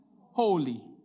holy